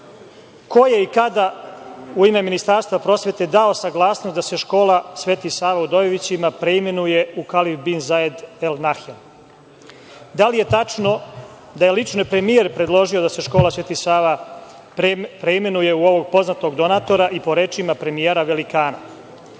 Ko je i kada u ime Ministarstva prosvete dao saglasnost da se škola „Sveti Sava“ u Dojevićima preimenuje u „Halifa bin Zaid Al Nahjan“? Da li je tačno da je lično premijer predložio da se škola „Sveti Sava“ preimenuje u ovog poznatog donatora i po rečima premijera velikana?